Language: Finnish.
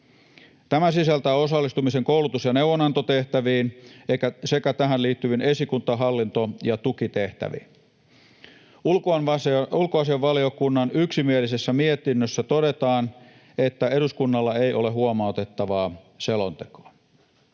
Tämä sisältää osallistumisen koulutus- ja neuvonantotehtäviin sekä tähän liittyviin esikunta-, hallinto- ja tukitehtäviin. Ulkoasiainvaliokunnan yksimielisessä mietinnössä todetaan, että eduskunnalla ei ole huomautettavaa selontekoon.